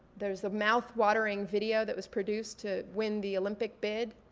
there's a mouthwatering video that was produced to win the olympic bid.